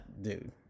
dude